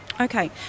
okay